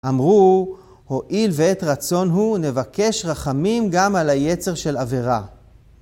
אמרו, הואיל ועת רצון הוא נבקש רחמים גם על היצר של עבירה.